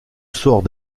sort